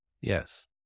Yes